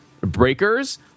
Breakers